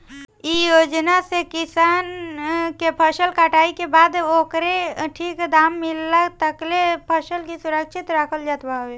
इ योजना से किसान के फसल कटाई के बाद ओकर ठीक दाम मिलला तकले फसल के सुरक्षित रखल जात हवे